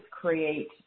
create